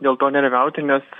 dėl to nerimauti nes